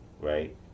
right